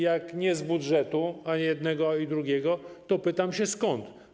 Jak nie z budżetu, ani jednego, ani drugiego, to pytam się skąd?